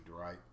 right